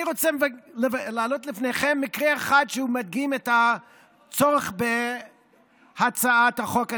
אני רוצה להעלות לפניכם מקרה אחד שמדגים את הצורך בהצעת החוק הנוכחית.